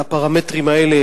על הפרמטרים האלה,